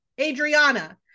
Adriana